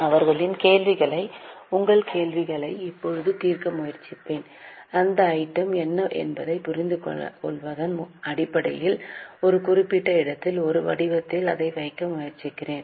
அவர்களின் கேள்விகளை உங்கள் கேள்விகளை இப்போதே தீர்க்க முயற்சிப்பேன் அந்த ஐட்டம் என்ன என்பதைப் புரிந்துகொள்வதன் அடிப்படையில் ஒரு குறிப்பிட்ட இடத்தில் ஒரு வடிவத்தில் அதை வைக்க முயற்சிக்கிறேன்